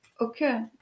okay